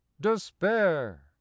despair